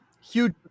Huge